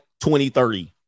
2030